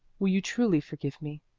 will you truly forgive me?